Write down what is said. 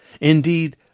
Indeed